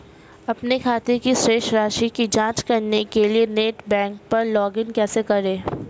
अपने खाते की शेष राशि की जांच करने के लिए नेट बैंकिंग पर लॉगइन कैसे करें?